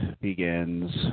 begins